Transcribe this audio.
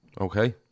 okay